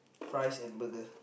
fries and burger